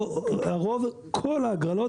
לא הרוב, כל ההגרלות.